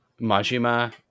Majima